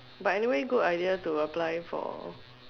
but anyway good idea to apply for